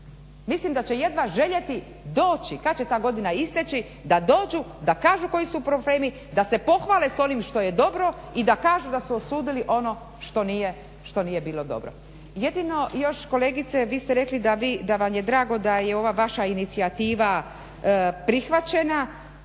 mislim da jedva željeti doći kad će ta godina isteći da dođu, da kažu koji su problemi, da se pohvale s onim što je dobro i da kažu da su osudili ono što nije bilo dobro. Jedino još kolegice vi ste rekli da vam je drago da je ova vaša inicijativa prihvaćena.